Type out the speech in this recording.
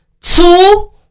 two